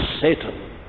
Satan